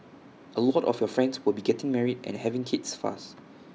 A lot of your friends will be getting married and having kids fast